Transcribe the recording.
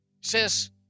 says